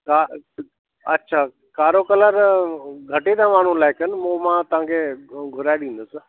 सा अच्छा कारो कलर घटि ई था माण्हू लाइक कनि मू मां तव्हांखे घुराइ ॾींदुसि